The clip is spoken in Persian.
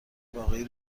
واقعی